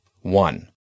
One